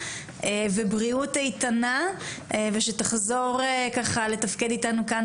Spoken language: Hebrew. בריאות איתנה ושתחזור לתפקד איתנו כאן,